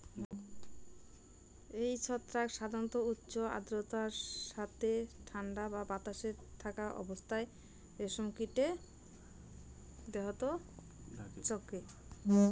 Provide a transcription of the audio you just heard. এই ছত্রাক সাধারণত উচ্চ আর্দ্রতার সথে ঠান্ডা বা বাতাস থাকা অবস্থাত রেশম কীটে দেহাত ঢকে